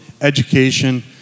education